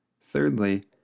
Thirdly